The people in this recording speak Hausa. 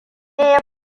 ya